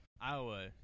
Iowa